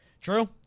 True